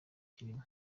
kirimwo